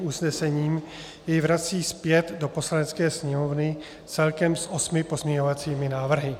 usnesením jej vrací zpět do Poslanecké sněmovny s celkem osmi pozměňovacími návrhy.